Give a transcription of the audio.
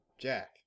Jack